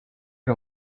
era